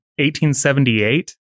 1878